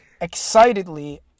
excitedly